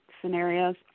scenarios